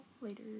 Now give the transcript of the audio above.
later